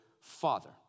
Father